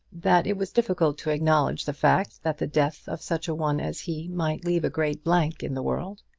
that it was difficult to acknowledge the fact that the death of such a one as he might leave a great blank in the world.